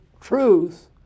truth